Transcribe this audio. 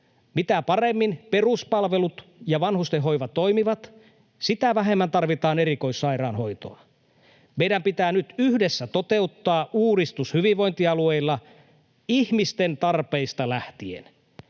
Mitä paremmin peruspalvelut ja vanhustenhoiva toimivat, sitä vähemmän tarvitaan erikoissairaanhoitoa. Meidän pitää nyt yhdessä toteuttaa uudistus hyvinvointialueilla ihmisten tarpeista lähtien.